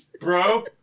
bro